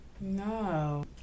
No